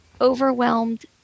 overwhelmed